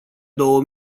două